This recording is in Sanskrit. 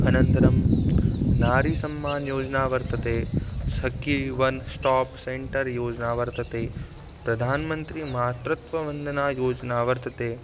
अनन्तरं नारीसम्मानः योजना वर्तते सखी वन् स्टाप् सेण्टर् योजना वर्तते प्रधानमन्त्री मातृत्व वन्दना योजना वर्तते